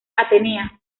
atenea